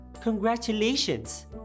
Congratulations